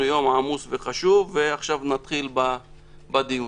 נתחיל בדיון.